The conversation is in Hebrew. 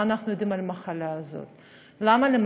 מה אנחנו יודעים על המחלה הזאת?